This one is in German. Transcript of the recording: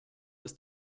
ist